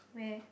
where